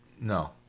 No